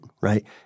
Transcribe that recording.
right